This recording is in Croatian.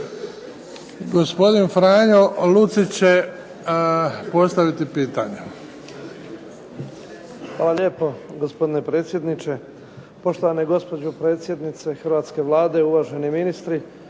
Hvala lijepo gospodine predsjedniče, poštovana gospođo predsjednice hrvatske Vlade, uvaženi ministri.